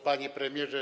Panie Premierze!